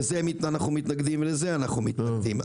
לזה אנחנו מתנגדים ולזה אנחנו מתנגדים.